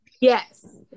Yes